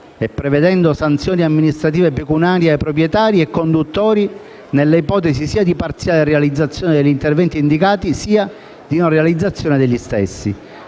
e prevedendo sanzioni amministrative pecuniarie a proprietari e conduttori, nelle ipotesi sia di parziale realizzazione degli interventi indicati, sia di non realizzazione degli stessi.